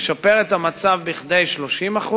משפרת את המצב ב-30%,